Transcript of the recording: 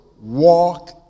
walk